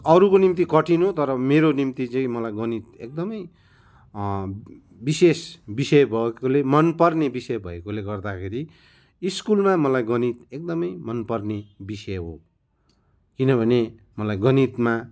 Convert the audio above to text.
अरूको निम्ति कठिन हो तर मेरो निम्ति चाहिँ मलाई गणित एकदमै विशेष विषय भएकोले मनपर्ने विषय भएकोले गर्दाखेरि स्कुलमा मलाई गणित एकदमै मनपर्ने विषय हो किन भने मलाई गणितमा